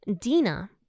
Dina